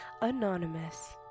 anonymous